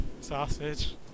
sausage